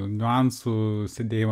niuansų sėdėjimo